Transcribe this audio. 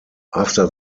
after